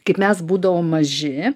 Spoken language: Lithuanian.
kaip mes būdavom maži